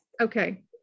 Okay